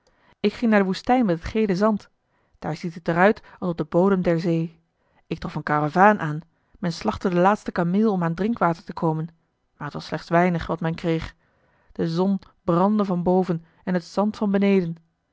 ik ging naar de woestijn met het gele zand daar ziet het er uit als op den bodem der zee ik trof een karavaan aan men slachtte den laatsten kameel om aan drinkwater te komen maar het was slechts weinig wat men kreeg de zon brandde van boven en het zand van beneden